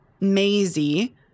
Maisie